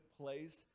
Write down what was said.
place